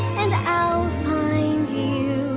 and i'll find you